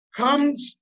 comes